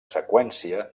seqüència